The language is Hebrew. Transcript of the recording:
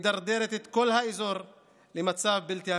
ומדרדרת את כל האזור למצב בלתי הפיך.